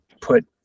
put